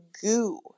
goo